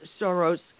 Soros